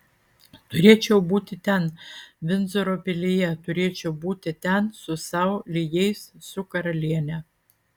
turėčiau būti ten vindzoro pilyje turėčiau būti ten su sau lygiais su karaliene